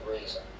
reason